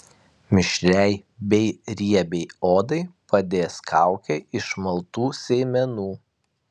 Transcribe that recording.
mišriai bei riebiai odai padės kaukė iš maltų sėmenų